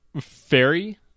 Fairy